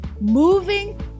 moving